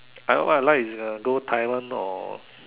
I what I like is uh go Taiwan or